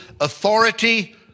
authority